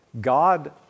God